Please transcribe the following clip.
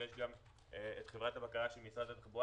יש גם את חברת הבקרה של משרד התחבורה